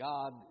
God